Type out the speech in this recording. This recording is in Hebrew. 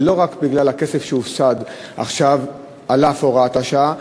ולא רק בגלל הכסף שהופסד עכשיו על אף הוראת השעה,